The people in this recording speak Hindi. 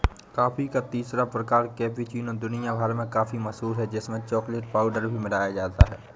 कॉफी का तीसरा प्रकार कैपेचीनो दुनिया भर में काफी मशहूर है जिसमें चॉकलेट पाउडर भी मिलाया जाता है